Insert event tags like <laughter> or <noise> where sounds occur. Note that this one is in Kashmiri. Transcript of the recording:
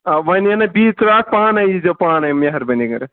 آ وۄنۍ یِنہ بی <unintelligible> پانے یی زیو پانے مہربٲنی کٔرتھ